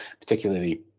particularly